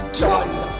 done